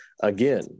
again